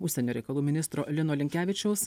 užsienio reikalų ministro lino linkevičiaus